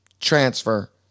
transfer